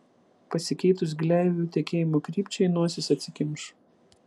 pasikeitus gleivių tekėjimo krypčiai nosis atsikimš